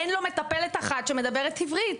אין לו מטפלת אחת שמדברת עברית,